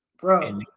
Bro